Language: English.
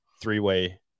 three-way